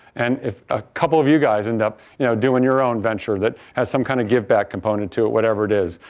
and, if a couple of you guys end up you know doing your own venture that has some kind of giveback component to whatever it is.